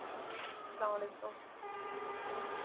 السلام علیکُم السلام